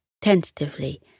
tentatively